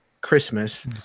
christmas